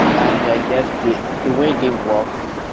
and yeah, i guess the the way they walk,